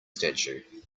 statue